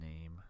name